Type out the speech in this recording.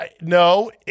No